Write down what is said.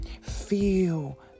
Feel